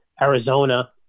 Arizona